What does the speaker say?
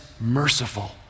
merciful